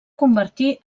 convertir